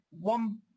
one